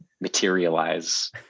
materialize